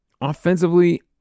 offensively